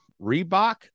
Reebok